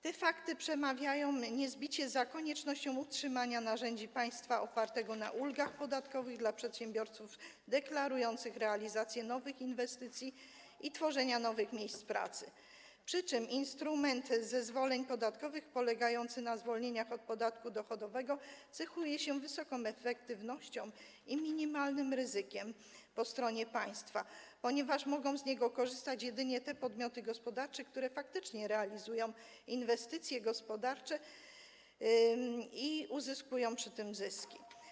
Te fakty przemawiają niezbicie za koniecznością utrzymania narzędzi państwa opartych na ulgach podatkowych dla przedsiębiorców deklarujących realizację nowych inwestycji i tworzenie nowych miejsc pracy, przy czym instrument zwolnień podatkowych polegający na zwolnieniach od podatku dochodowego cechuje się wysoką efektywnością i minimalnym ryzykiem po stronie państwa, ponieważ mogą z niego korzystać jedynie te podmioty gospodarcze, które faktycznie realizują inwestycje gospodarcze i osiągają przy tym zyski.